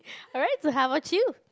alright so how about you